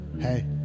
hey